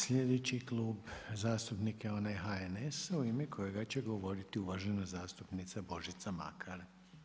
Sljedeći klub zastupnika je onaj HNS-a u ime kojega će govoriti uvažena zastupnica Božica Makar.